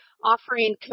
offering